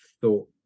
thought